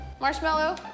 marshmallow